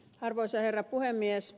arvoisa herra puhemies